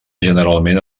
generalment